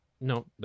No